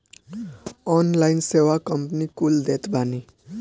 online सेवा company कुल देत बानी